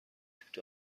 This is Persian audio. توت